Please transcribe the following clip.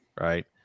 right